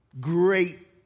great